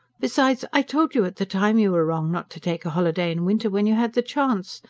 besides i told you at the time you were wrong not to take a holiday in winter, when you had the chance.